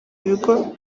ibigo